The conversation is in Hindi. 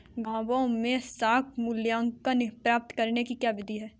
गाँवों में साख मूल्यांकन प्राप्त करने की क्या विधि है?